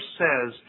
says